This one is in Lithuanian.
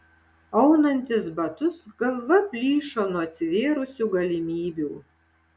aunantis batus galva plyšo nuo atsivėrusių galimybių